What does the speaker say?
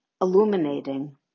illuminating